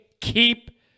keep